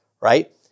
right